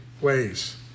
ways